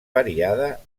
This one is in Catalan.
variada